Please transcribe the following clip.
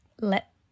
let